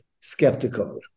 skeptical